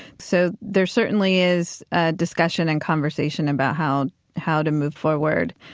so there certainly is ah discussion and conversation about how how to move forward,